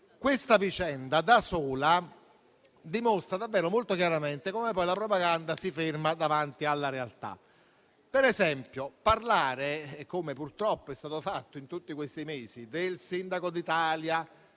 questa vicenda da sola dimostra davvero molto chiaramente come la propaganda si ferma davanti alla realtà. Per esempio, parlare - come purtroppo è stato fatto in tutti questi mesi - del sindaco d'Italia,